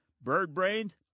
Bird-brained